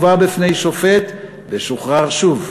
הובא בפני שופט ושוחרר שוב.